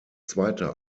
zweite